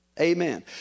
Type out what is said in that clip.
Amen